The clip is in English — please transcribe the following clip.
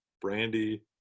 Brandy